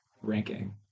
ranking